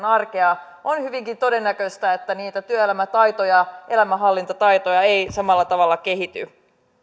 arkea on hyvinkin todennäköistä että niitä työelämän taitoja elämänhallintataitoja ei samalla tavalla kehity